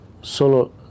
solo